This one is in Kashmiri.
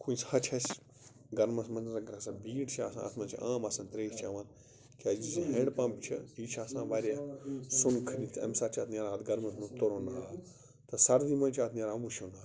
کُنہِ ساتہٕ چھِ اَسہِ گَرمَس منٛز گژھان بیٖڈ چھِ آسان اَتھ منٛز چھِ عام آسان ترایش چٮ۪وان کیٛازِ یُس یہِ ہینٛڈ پَمپ چھِ یہِ چھِ آسان واریاہ سۄُن کھٔنِتھ امہِ ساتہٕ چھِ اَتھ نیران اَتھ گَرمَس منٛز تُرُن آب تہٕ سردی منٛز چھُ اَتھ نیران وُشُن آب